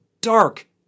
dark